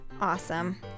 awesome